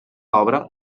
obra